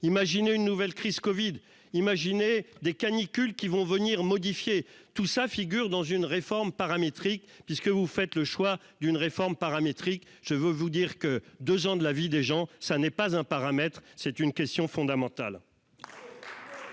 Imaginez une nouvelle crise Covid imaginer des canicules qui vont venir modifier tout ça figure dans une réforme paramétrique puisque vous faites le choix d'une réforme paramétrique. Je veux vous dire que 2 ans de la vie des gens, ça n'est pas un paramètre, c'est une question fondamentale.